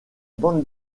bande